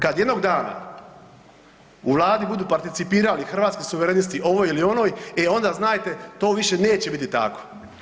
Kad jednog dana u Vladi budu participirali hrvatski suverenisti ovoj ili onoj, e onda znajte to više neće biti tako.